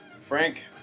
Frank